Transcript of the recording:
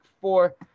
four